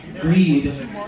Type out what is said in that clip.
greed